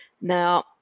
Now